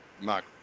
Mark